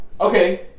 okay